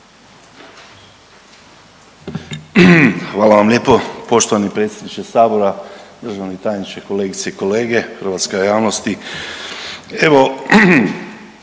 Hvala vam lijepo poštovani predsjedniče Sabora, državni tajniče, kolegice i kolege, hrvatska javnosti. Evo,